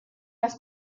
las